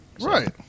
right